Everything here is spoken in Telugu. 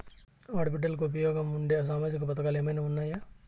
ఆడ బిడ్డలకు ఉపయోగం ఉండే సామాజిక పథకాలు ఏమైనా ఉన్నాయా?